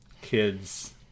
kids